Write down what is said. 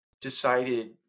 decided –